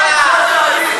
חלאס.